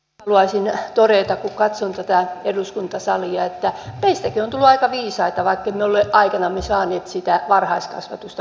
haluaisin todeta kun katson tätä eduskuntasalia että meistäkin on tullut aika viisaita vaikka emme ole aikanamme saaneet varhaiskasvatusta päiväkodissa